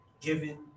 given